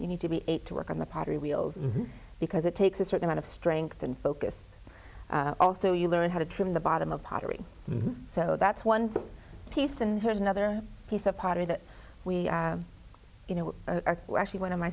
you need to be eight to work on the pottery wheels because it takes a certain amount of strength and focus also you learn how to trim the bottom of pottery so that's one piece and heard another piece of pottery that we you know were actually one of my